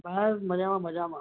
બસ મજામાં મજામાં